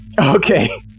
Okay